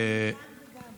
אני גם וגם,